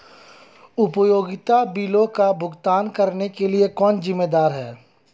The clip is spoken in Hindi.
उपयोगिता बिलों का भुगतान करने के लिए कौन जिम्मेदार है?